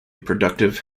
productive